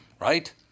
right